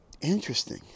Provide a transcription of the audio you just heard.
Interesting